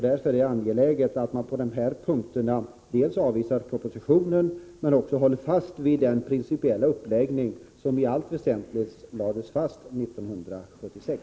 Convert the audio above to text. Därför är det angeläget att man på dessa punkter dels avvisar propositionen, dels håller fast vid den principiella uppläggning som i allt väsentligt lades fast 1976.